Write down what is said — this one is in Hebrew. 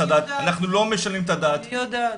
אנחנו לא משנים אף פעם את הדת --- לא יודעת.